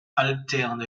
alterne